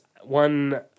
one